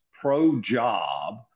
pro-job